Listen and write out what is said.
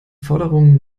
forderungen